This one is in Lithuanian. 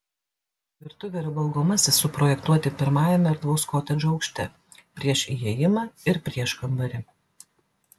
virtuvė ir valgomasis suprojektuoti pirmajame erdvaus kotedžo aukšte prieš įėjimą ir prieškambarį